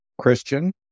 Christian